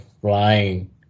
flying